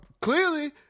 clearly